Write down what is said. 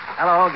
Hello